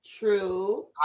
true